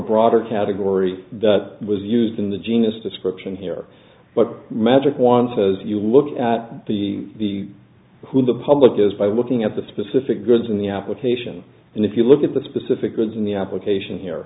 broader category that was used in the genus description here but magic one says you look at the who the public is by looking at the specific goods in the application and if you look at the specific goods in the application here